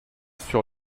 sur